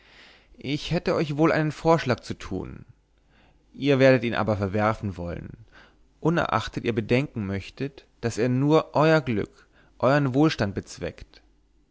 ich hätte euch wohl einen vorschlag zu tun ihr werdet ihn aber verwerfen wollen unerachtet ihr bedenken möchtet daß er nur euer glück euern wohlstand bezweckt